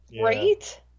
Right